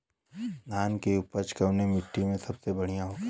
धान की उपज कवने मिट्टी में सबसे बढ़ियां होखेला?